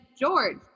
George